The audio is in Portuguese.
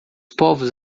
povos